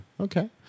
Okay